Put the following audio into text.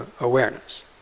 awareness